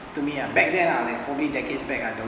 to me uh back then ah like probably decades back uh donk~